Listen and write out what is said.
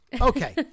Okay